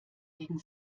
gegen